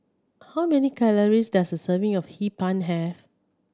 how many calories does a serving of Hee Pan have